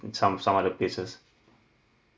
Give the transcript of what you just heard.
some some other places